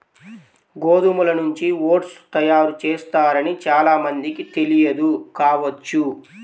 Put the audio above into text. గోధుమల నుంచి ఓట్స్ తయారు చేస్తారని చాలా మందికి తెలియదు కావచ్చు